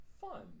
Fun